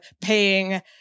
paying